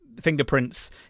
fingerprints